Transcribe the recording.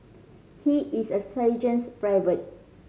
he is the sergeant's favourite